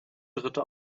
dritte